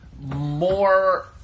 More